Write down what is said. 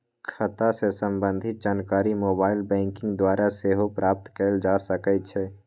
खता से संबंधित जानकारी मोबाइल बैंकिंग द्वारा सेहो प्राप्त कएल जा सकइ छै